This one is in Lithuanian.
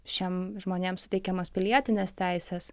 šiem žmonėm suteikiamas pilietines teises